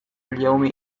اليوم